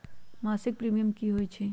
मासिक प्रीमियम की होई छई?